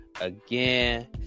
again